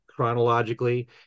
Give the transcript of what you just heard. chronologically